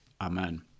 Amen